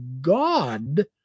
God